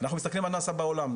אנחנו מסתכלים על נאס"א בעולם.